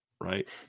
right